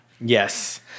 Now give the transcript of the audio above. Yes